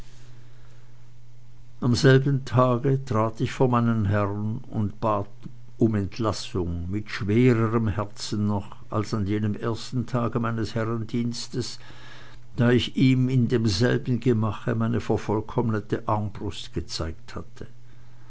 am selben tage trat ich vor meinen herrn und bat um entlassung mit schwererm herzen noch als an jenem ersten tage meines herrendienstes da ich ihm in demselben gemache meine vervollkommnete armbrust gezeigt hatte